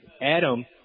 Adam